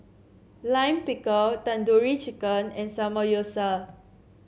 Lime Pickle Tandoori Chicken and Samgyeopsal